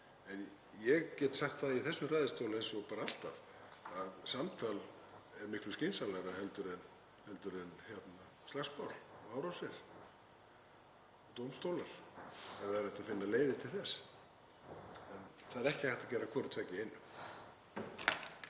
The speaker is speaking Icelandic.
Ég get sagt það í þessum ræðustól eins og bara alltaf að samtal er miklu skynsamlegra heldur en slagsmál og árásir, dómstólar, og væri hægt að finna leiðir til þess. Það er ekki hægt að gera hvort tveggja